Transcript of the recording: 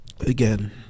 Again